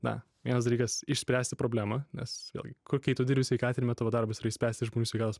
na vienas dalykas išspręsti problemą nes vėlgi ko kai tu dirbi sveikatinime tavo darbas yra išspręsti žmonių sveikatos